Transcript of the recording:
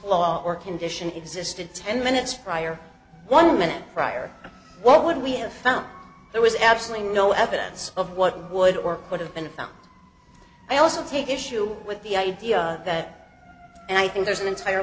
flaw or condition existed ten minutes prior one minute prior what would we have found there was absolutely no evidence of what would or could have been found i also take issue with the idea and i think there's an entire